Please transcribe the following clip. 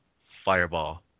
fireball